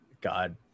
god